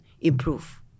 improve